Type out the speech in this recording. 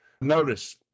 Notice